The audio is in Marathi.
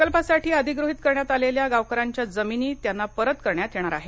प्रकल्पासाठी अधिग्रहित करण्यात आलेल्या गावकऱ्यांच्या जमीनी त्यांना परत करण्यात येणार आहे